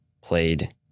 played